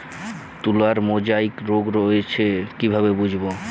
তুলার মোজাইক রোগ হয়েছে কিভাবে বুঝবো?